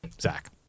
Zach